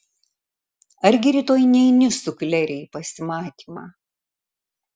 argi rytoj neini su klere į pasimatymą